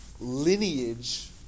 lineage